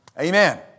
Amen